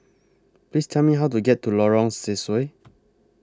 Please Tell Me How to get to Lorong Sesuai